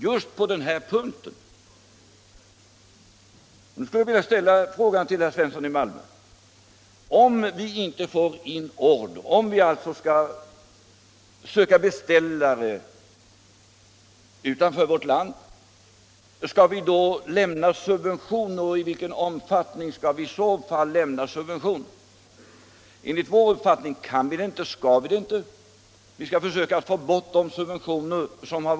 Jag skulle vilja ställa följande fråga till herr Svensson i Malmö: Om vi inte får in order och alltså skall söka beställare utanför vårt land, skall vi då lämna subventioner och i vilken omfattning skall vi i så fall göra det? Enligt vår uppfattning kan och skall vi inte göra det. Vi skall försöka få bort de subventioner som funnits.